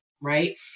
right